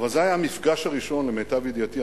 אבל למיטב ידיעתי,